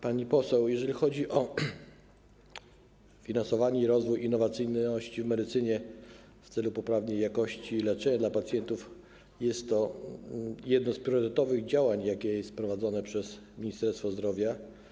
Pani poseł, jeżeli chodzi o finansowanie i rozwój innowacyjności w medycynie w celu poprawienia jakości leczenia pacjentów, to jest to jedno z priorytetowych działań, jakie jest prowadzone przez Ministerstwo Zdrowia.